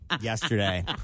yesterday